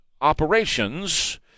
Operations